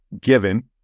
given